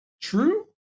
True